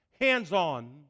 hands-on